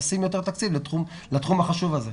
נשים יותר תקציב לתחום החשוב הזה.